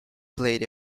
played